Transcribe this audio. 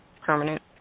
permanent